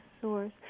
source